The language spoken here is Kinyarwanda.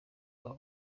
abo